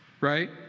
right